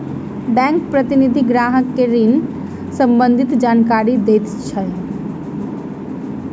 bank प्रतिनिधि ग्राहक के ऋण सम्बंधित जानकारी दैत अछि